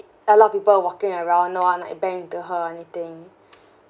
a lot of people walking around no one like bang into her or anything